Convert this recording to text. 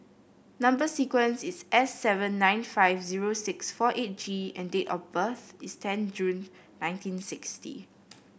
number sequence is S seven nine five zero six four eight G and date of birth is ten June nineteen sixty